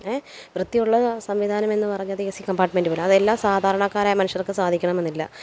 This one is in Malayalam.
വൃത്തിയുള്ള സംവിധാനം എന്നു പറഞ്ഞത് എ സി കമ്പാർട്ട്മെൻ്റ് പോലെ അത് എല്ലാ സാധാരണക്കാരായ മനുഷ്യർക്ക് സാധിക്കണം എന്നില്ല